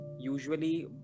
Usually